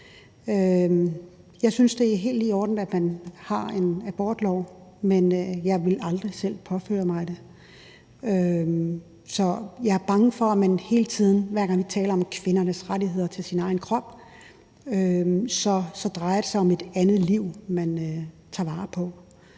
Jeg synes, det er helt i orden, at man har en abortlov, men jeg ville aldrig selv påføre mig det. Så jeg er bange for, at det hele tiden, hver gang vi taler om kvindernes rettigheder til deres egen krop, drejer sig om et andet liv, man tager vare på.